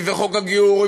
אם זה חוק הגיור,